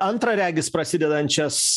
antrą regis prasidedančias